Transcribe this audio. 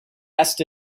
asked